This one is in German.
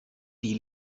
die